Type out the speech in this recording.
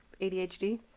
ADHD